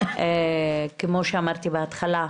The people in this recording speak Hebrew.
כמו שאמרתי בהתחלה,